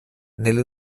nelle